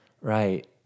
right